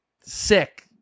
Sick